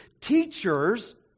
teachers